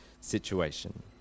situation